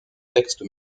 textes